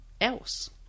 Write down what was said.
else